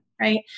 Right